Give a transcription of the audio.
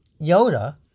Yoda